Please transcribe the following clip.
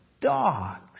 dog's